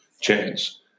chance